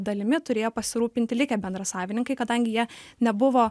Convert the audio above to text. dalimi turėjo pasirūpinti likę bendra savininkai kadangi jie nebuvo